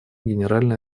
генеральной